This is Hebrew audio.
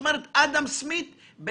אני יודע שאתם עושים